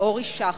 אורי שחר,